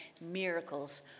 miracles